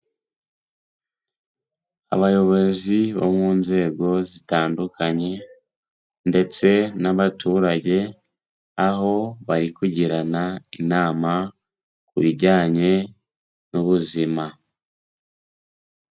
Abayobozi bo mu nzego zitandukanye ndetse n'abaturage aho bari kugirana inama ku bijyanye n'ubuzima.